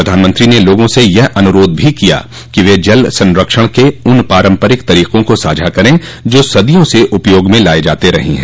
प्रधानमंत्री ने लोगों से यह अनुरोध भी किया कि वे जल संरक्षण के उन पारम्परिक तरीकों को साझा करें जो सदियों से उपयोग में लाए जाते रहे हैं